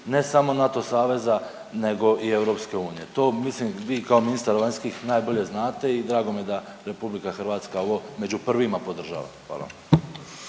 ne samo NATO saveze nego i EU. To mislim vi kao ministar vanjskih najbolje znate i drago mi je da RH ovo među prvima podržava. Hvala.